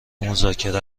مذاکره